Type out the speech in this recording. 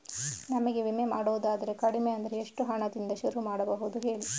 ನಮಗೆ ವಿಮೆ ಮಾಡೋದಾದ್ರೆ ಕಡಿಮೆ ಅಂದ್ರೆ ಎಷ್ಟು ಹಣದಿಂದ ಶುರು ಮಾಡಬಹುದು ಹೇಳಿ